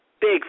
big